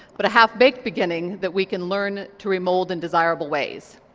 but a half-baked beginning that we can learn to remould in desirable ways.